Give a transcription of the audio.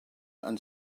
and